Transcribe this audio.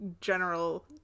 general